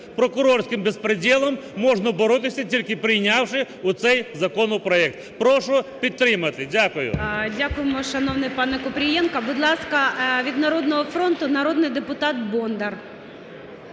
прокурорським беспределом можна боротися тільки прийнявши оцей законопроект. Прошу підтримати. Дякую. ГОЛОВУЮЧИЙ. Дякуємо, шановний пане Купрієнко. Будь ласка, від "Народного фронту" народний депутат Бондар.